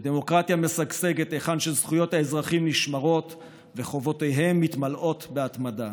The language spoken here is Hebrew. ודמוקרטיה משגשגת היכן שזכויות האזרחים וחובותיהם מתמלאות בהתמדה.